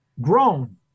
grown